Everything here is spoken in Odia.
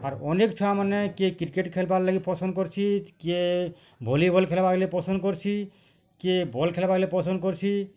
ଆର୍ ଅନେକ ଛୁଆ ମାନେ କିଏ କ୍ରିକେଟ୍ ଖେଲବାର୍ ଲାଗି ପସନ୍ଦ କରସି କିଏ ଭଲିବଲ୍ ଖେଲବାର୍ ଲାଗି ପସନ୍ଦ କରସି କିଏ ବଲ୍ ଖେଲବାର୍ ଲାଗି ପସନ୍ଦ କରସି